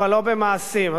אז בוא נעשה ספירת מלאי: